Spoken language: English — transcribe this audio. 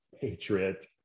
patriot